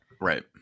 Right